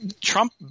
Trump